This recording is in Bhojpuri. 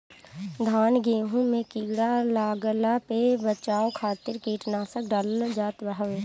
धान गेंहू में कीड़ा लागला पे बचाव खातिर कीटनाशक डालल जात हवे